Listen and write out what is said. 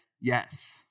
yes